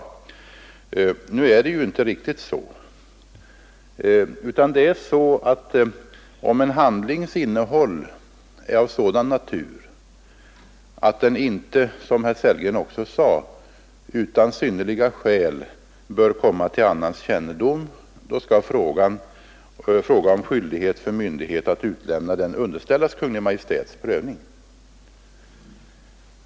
Så förhåller det sig inte, utan om en handlings innehåll är av sådan natur att den inte, som herr Sellgren också sade, utan synnerliga skäl bör komma till annans kännedom skall fråga om skyldighet för myndighet att utlämna den underställas Kungl. Maj:ts prövning.